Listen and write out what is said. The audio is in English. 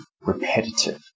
repetitive